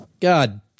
God